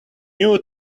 new